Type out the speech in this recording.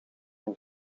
een